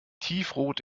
tiefrot